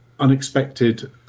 Unexpected